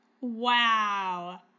Wow